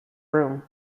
room